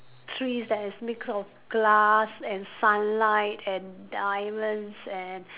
tress that is mixed of glass and sunlight and diamonds and